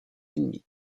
ennemis